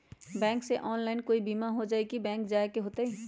Bank से online कोई बिमा हो जाई कि बैंक जाए के होई त?